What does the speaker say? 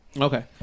Okay